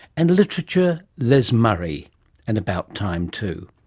and literature, les murray and about time too.